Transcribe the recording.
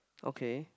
okay